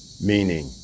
meaning